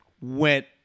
went